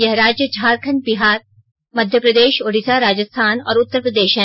यह राज्य झारखण्ड बिहार मध्यम प्रदेश ओडिशा राजस्थान और उत्तर प्रदेश हैं